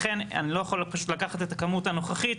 לכן אני לא יכול פשוט לקחת את הכמות הנוכחית,